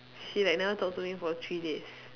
she like never talk to me for three days